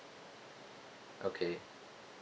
okay